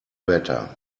better